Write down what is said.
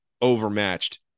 overmatched